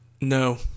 No